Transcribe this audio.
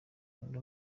kundi